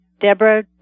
Deborah